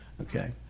okay